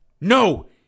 No